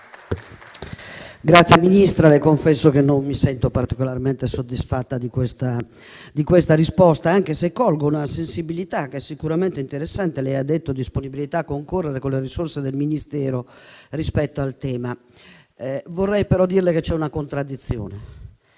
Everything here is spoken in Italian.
Grazie, Ministro. Le confesso che non mi sento particolarmente soddisfatta di questa risposta, anche se colgo una sensibilità sicuramente interessante. Lei ha parlato di disponibilità a concorrere con le risorse del Ministero rispetto al tema. Vorrei però dirle che c'è una contraddizione,